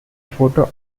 photo